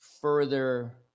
further